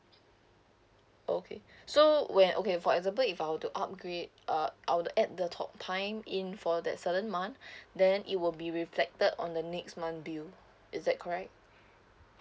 okay so when okay for example if I will to upgrade uh I will to add the talk time in for that certain month then it will be reflected on the next month bill is that correct